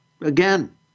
again